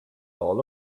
all